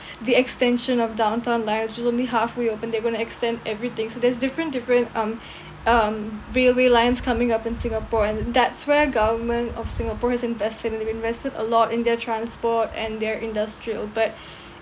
the extension of downtown line is just only halfway open they're going to extend everything so there's different different um um railway lines coming up in singapore and that's where government of singapore has invested and they've invested a lot in their transport and their industrial but